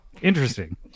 Interesting